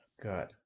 Good